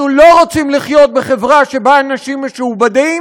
אנחנו לא רוצים לחיות בחברה שבה אנשים משועבדים,